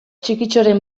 txikitxoren